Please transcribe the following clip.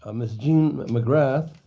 ah ms. jean mcgrath